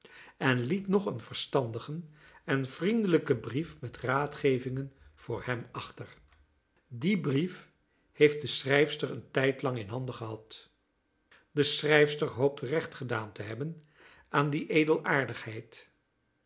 en liet nog een verstandigen en vriendelijken brief met raadgevingen voor hem achter dien brief heeft de schrijfster een tijdlang in handen gehad de schrijfster hoopt recht gedaan te hebben aan die